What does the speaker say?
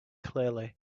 clearly